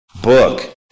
book